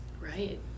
Right